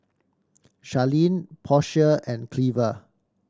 Charlene Portia and Cleva